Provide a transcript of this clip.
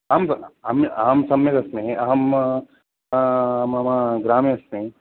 आम् अहं अहं सम्यगस्मि अहम् मम ग्रामे अस्मि